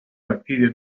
bacteria